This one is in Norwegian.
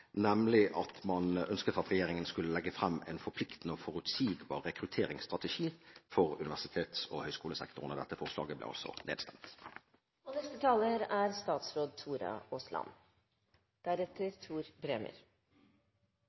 nemlig at man ønsket at regjeringen skulle legge frem en forpliktende og forutsigbar rekrutteringsstrategi for universitets- og høyskolesektoren. Dette forslaget ble altså